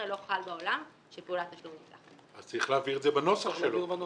מה --- אז או שלא הבנו את הדוגמה אולי.